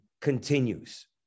continues